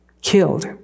killed